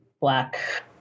Black